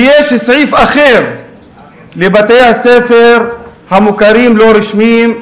ויש סעיף אחר לבתי-הספר המוכרים הלא-רשמיים,